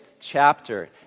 Chapter